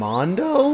Mondo